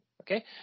okay